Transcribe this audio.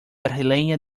brasileña